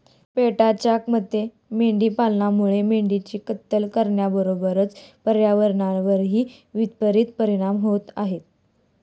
पेटाच्या मते मेंढी पालनामुळे मेंढ्यांची कत्तल करण्याबरोबरच पर्यावरणावरही विपरित परिणाम होत आहे